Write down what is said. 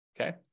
okay